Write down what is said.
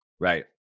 Right